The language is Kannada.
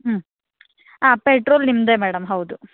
ಹ್ಞೂ ಹಾಂ ಪೆಟ್ರೋಲ್ ನಿಮ್ಮದೇ ಮೇಡಮ್ ಹೌದು